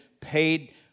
paid